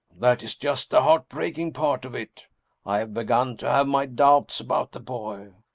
that is just the heartbreaking part of it i have begun to have my doubts about the boy.